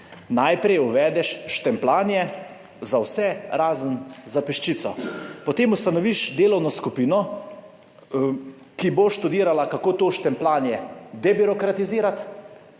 Najprej uvedeš štempljanje za vse, razen za peščico. Potem ustanoviš delovno skupino, ki bo študirala, kako to štempljanje debirokratizirati,